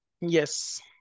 Yes